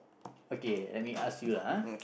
okay let me ask you lah !huh!